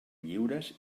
lliures